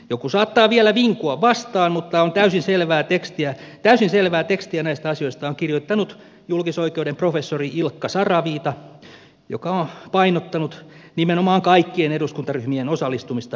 joku saattaa vielä vinkua vastaan mutta täysin selvää tekstiä näistä asioista on kirjoittanut julkisoikeuden professori ilkka saraviita joka on painottanut nimenomaan kaikkien eduskuntaryhmien osallistumista alkutunnusteluihin